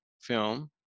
Film